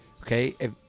okay